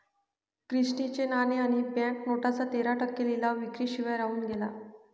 Christie चे नाणे आणि बँक नोटांचा तेरा टक्के लिलाव विक्री शिवाय राहून गेला